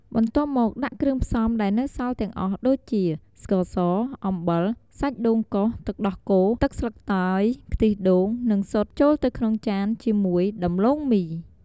បន្ទាប់មក ដាក់គ្រឿងផ្សំដែលនៅសល់ទាំងអស់ដូចជា ស្ករស អំបិល សាច់ដូងកោស ទឹកដោះគោ ទឹកស្លឹកតើយ ខ្ទិះដូង និងស៊ុត ចូលទៅក្នុងចានជាមួយដំឡូងមី។